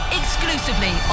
exclusively